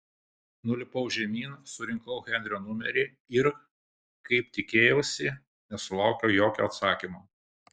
nulipau žemyn surinkau henrio numerį ir kaip tikėjausi nesulaukiau jokio atsakymo